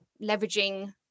leveraging